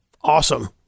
awesome